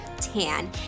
tan